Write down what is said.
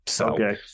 Okay